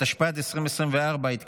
התשפ"ד 2024, נתקבל.